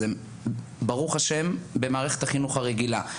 אז הם ברוך ה' במערכת החינוך הרגילה,